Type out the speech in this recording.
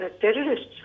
terrorists